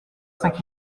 cinq